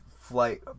flight